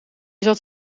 zat